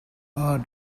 are